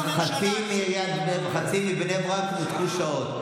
חצי מבני ברק נותקו שעות.